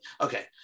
Okay